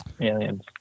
aliens